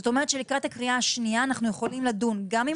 זאת אומרת שלקראת הקריאה השנייה אנחנו יכולים לדון גם עם